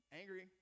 Angry